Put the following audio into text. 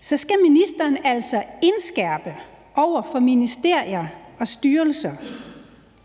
så skal ministeren altså indskærpe over for ministerier, over for styrelser